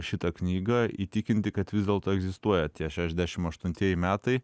šitą knygą įtikinti kad vis dėlto egzistuoja tie šešdešim aštuntieji metai